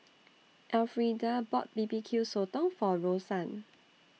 Elfrieda bought B B Q Sotong For Rosann